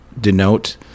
denote